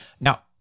now